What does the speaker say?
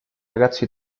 ragazzo